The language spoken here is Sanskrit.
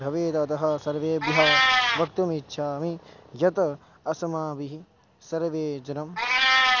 भवेदतः सर्वेभ्यः वक्तुम् इच्छामि यत् अस्माभिः सर्वे जनाः